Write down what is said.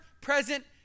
present